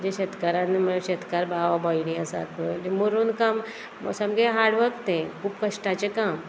शेतकारान शेतकार भाव भयणी आसा पय मरून काम सामकें हार्डवर्क तें खूब कश्टाचें काम